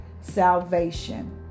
salvation